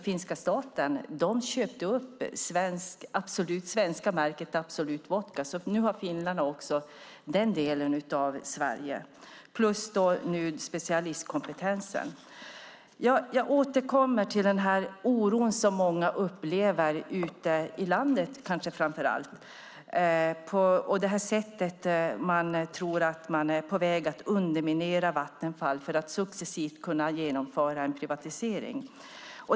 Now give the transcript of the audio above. Finska staten köpte då upp det svenska märket Absolut Vodka, så nu har finnarna också denna del av Sverige plus specialistkompetensen. Jag återkommer till den oro som många - kanske framför allt ute i landet - upplever för att de tror att man på detta sätt är på väg att underminera Vattenfall för att successivt kunna genomföra en privatisering.